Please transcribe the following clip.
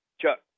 Chuck